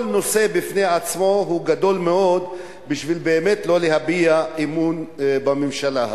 כל נושא בפני עצמו הוא גדול מאוד בשביל באמת לא להביע אמון בממשלה הזאת.